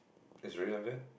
it's really like that